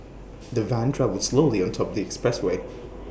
the van travelled slowly on the expressway